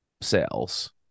sales